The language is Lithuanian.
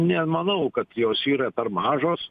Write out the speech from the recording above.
nemanau kad jos yra per mažos